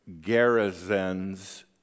garrisons